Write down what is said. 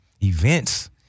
events